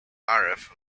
arif